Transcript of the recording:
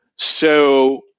so,